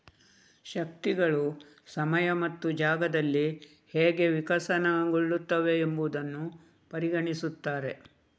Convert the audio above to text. ಶಕ್ತಿಗಳು ಸಮಯ ಮತ್ತು ಜಾಗದಲ್ಲಿ ಹೇಗೆ ವಿಕಸನಗೊಳ್ಳುತ್ತವೆ ಎಂಬುದನ್ನು ಪರಿಗಣಿಸುತ್ತಾರೆ